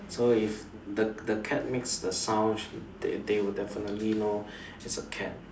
so if the the cat makes a sound they they will definitely know it's a cat